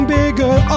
bigger